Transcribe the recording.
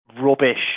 rubbish